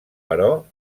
però